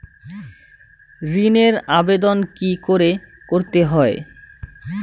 ঋণের আবেদন কি করে করতে হয়?